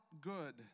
good